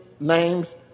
names